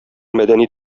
мәдәни